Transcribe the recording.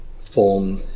form